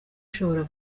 ishobora